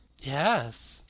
Yes